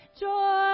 joy